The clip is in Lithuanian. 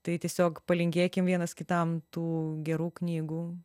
tai tiesiog palinkėkim vienas kitam tų gerų knygų